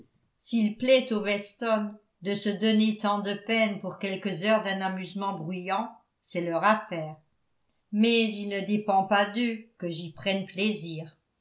s'il plaît aux weston de se donner tant de peine pour quelques heures d'un amusement bruyant c'est leur affaire mais il ne dépend pas d'eux que j'y prenne plaisir